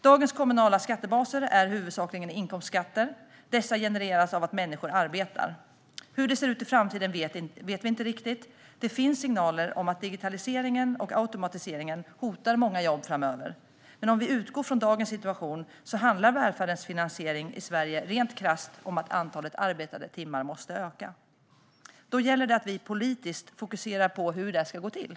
Dagens kommunala skattebaser är huvudsakligen inkomstskatter som genereras av att människor arbetar. Hur det ser ut i framtiden vet vi inte riktigt. Det finns signaler om att digitaliseringen och automatiseringen hotar många jobb framöver, men om vi utgår från dagens situation handlar välfärdens finansiering i Sverige rent krasst om att antalet arbetade timmar måste öka. Då gäller det att vi politiskt fokuserar på hur det ska gå till.